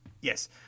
yes